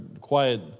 quiet